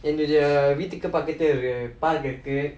என்னோட வீட்டுக்கு பக்கத்து:ennoda veettukku pakkathu park இருக்கு:irukku